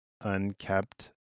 unkept